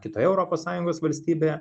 kitoje europos sąjungos valstybėje